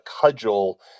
cudgel